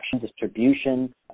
distribution